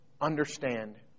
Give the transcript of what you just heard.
Understand